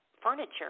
furniture